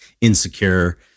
insecure